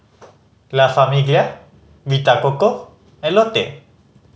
La Famiglia Vita Coco and Lotte